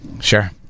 Sure